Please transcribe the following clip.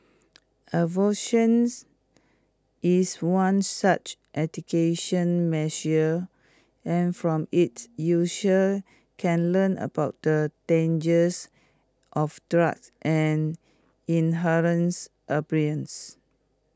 aversions is one such education measure and from IT users can learn about the dangers of drug and